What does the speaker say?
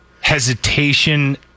hesitation